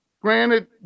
Granted